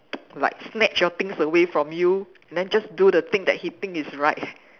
like snatch your things away from you and then just do the thing he think is right